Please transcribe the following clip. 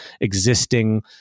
existing